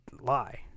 lie